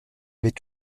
avait